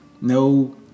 no